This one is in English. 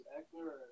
Eckler